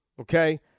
okay